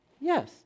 yes